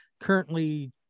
currently